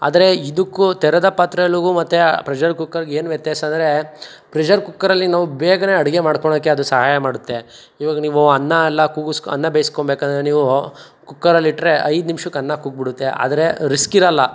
ಆದರೆ ಇದಕ್ಕೂ ತೆರೆದ ಪಾತ್ರೆಗಳಿಗೂ ಮತ್ತೆ ಪ್ರೆಷರ್ ಕುಕ್ಕರ್ಗೆ ಏನು ವ್ಯತ್ಯಾಸ ಅಂದರೆ ಪ್ರೆಷರ್ ಕುಕ್ಕರಲ್ಲಿ ನಾವು ಬೇಗನೇ ಅಡುಗೆ ಮಾಡ್ಕೊಳ್ಳೋಕ್ಕೆ ಅದು ಸಹಾಯ ಮಾಡುತ್ತೆ ಇವಾಗ ನೀವು ಅನ್ನಯೆಲ್ಲ ಕೂಗಿಸಿ ಅನ್ನ ಬೇಯಿಸ್ಕೊಂಡ್ಬೇಕಾದ್ರೆ ನೀವು ಕುಕ್ಕರಲ್ಲಿ ಇಟ್ಟರೆ ಐದು ನಿಮಿಷಕ್ಕೆ ಅನ್ನ ಕೂಗಿಬಿಡುತ್ತೆ ಆದರೆ ರಿಸ್ಕ್ ಇರಲ್ಲ